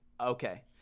okay